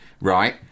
right